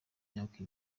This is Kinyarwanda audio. myaka